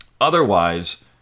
Otherwise